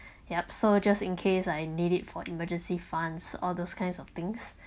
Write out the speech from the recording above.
yup so just in case I need it for emergency funds all those kinds of things